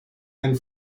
and